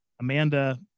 Amanda